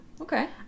Okay